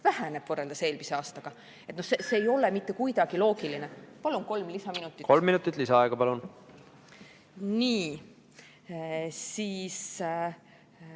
väheneb võrreldes eelmise aastaga. See ei ole mitte kuidagi loogiline. Palun kolm lisaminutit. Kolm minutit lisaaega, palun! Kolm minutit